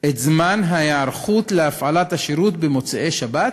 את זמן ההיערכות להפעלת השירות במוצאי-שבת,